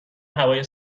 هوای